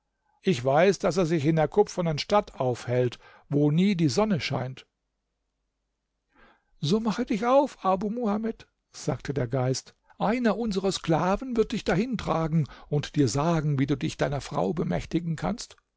ach weiß daß er sich in der kupfernen stadt aufhält wo nie die sonne scheint so mache dich auf abu muhamed sagte der geist einer unserer sklaven wird dich dahin tragen und dir sagen wie du dich deiner frau bemächtigen kannst